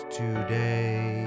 today